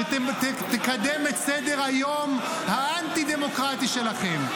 שתקדם את סדר-היום האנטי-דמוקרטי שלכם.